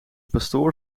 pastoor